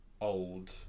old